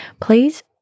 please